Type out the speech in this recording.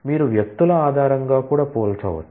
మీరు వ్యక్తుల ఆధారంగా కూడా పోల్చవచ్చు